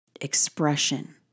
expression